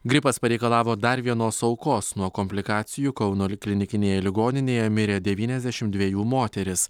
gripas pareikalavo dar vienos aukos nuo komplikacijų kauno klinikinėje ligoninėje mirė devyniasdešimt dvejų moteris